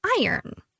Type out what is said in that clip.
iron